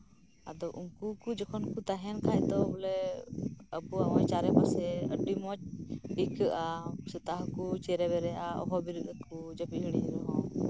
ᱛᱳ ᱩᱱᱠᱩ ᱠᱩ ᱛᱟᱸᱦᱮᱱ ᱠᱷᱟᱡ ᱫᱚ ᱟᱵᱚᱣᱟᱜ ᱪᱟᱨᱮ ᱯᱟᱥᱮ ᱟᱹᱰᱤ ᱢᱚᱸᱡ ᱟᱹᱭᱠᱟᱹᱜᱼᱟ ᱥᱮᱛᱟᱜ ᱦᱚᱸᱠᱚ ᱪᱮᱨᱚᱵᱮᱨᱚᱜᱼᱟ ᱵᱨᱮᱫ ᱟᱠᱚ ᱡᱟᱹᱯᱤᱫ ᱦᱤᱲᱤᱧ ᱨᱮᱦᱚᱸ